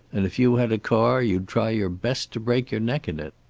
and if you had a car, you'd try your best to break your neck in it.